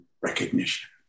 recognition